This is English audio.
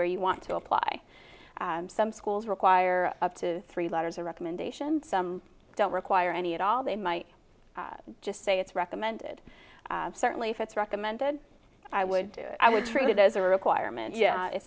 where you want to apply some schools require up to three letters a recommendation some don't require any at all they might just say it's recommended certainly if it's recommended i would i would treat it as a requirement yes it's